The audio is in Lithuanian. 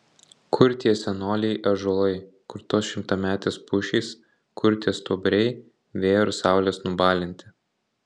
kur tie senoliai ąžuolai kur tos šimtametės pušys kur tie stuobriai vėjo ir saulės nubalinti